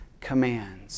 commands